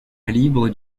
libre